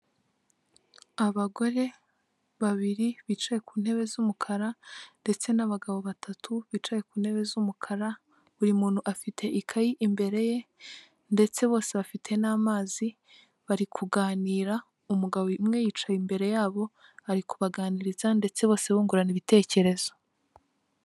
Abagore babiri bicaye ku ntebe z'umukara ndetse n'abagabo batatu bicaye ku ntebe z'umukara, buri muntu afite ikayi imbere ye ndetse bose bafite n'amazi bari, kuganira umugabo umwe yicaye imbere yabo ari kubaganiriza ndetse bose bungurana ibitekerezo.